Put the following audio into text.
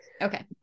okay